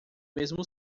mesmo